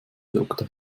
doktor